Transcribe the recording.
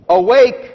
Awake